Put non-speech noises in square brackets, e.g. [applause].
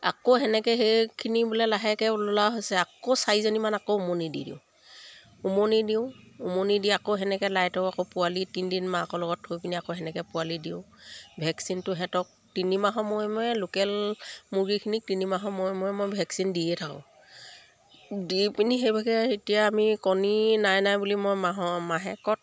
আকৌ সেনেকে সেইখিনি বোলে লাহেকে [unintelligible] হৈছে আকৌ চাৰিজনীমান আকৌ উমনি দি দিওঁ উমনি দিওঁ উমনি দি আকৌ সেনেকে লাইটক আকৌ পোৱালি তিনদিন মাকৰ লগত থৈ পিনি আকৌ সেনেকে পোৱালি দিওঁ ভেকচিনটো সিহঁতক তিনিমাহৰ মূৰে মূৰে লোকেল মুৰ্গীখিনিক তিনিমাহৰ মূৰে মূৰে মই ভেকচিন দিয়ে থাকোঁ দি পিনি সেইবাবে এতিয়া আমি কণী নাই নাই বুলি মই মাহৰ মাহেকত